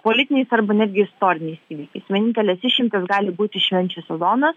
politiniais arba netgi istoriniais įvykiais vienintelės išimtys gali būti švenčių sezonas